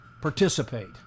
participate